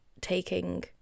taking